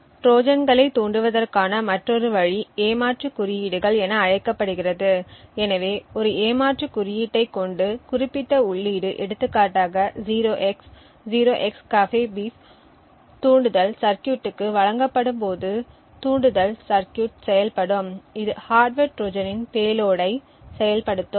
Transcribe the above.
ட்ரோஜான்களைத் தூண்டுவதற்கான மற்றொரு வழி ஏமாற்று குறியீடுகள் என அழைக்கப்படுகிறது எனவே ஒரு ஏமாற்று குறியீட்டைக் கொண்டு குறிப்பிட்ட உள்ளீடு எடுத்துக்காட்டாக 0x0XCAFEBEEF தூண்டுதல் சர்கியூட்க்கு வழங்கப்படும்போது தூண்டுதல் சர்கியூட்ச் செயல்படும் இது ஹார்ட்வர் ட்ரோஜனின் பேலோடை செயல்படுத்தும்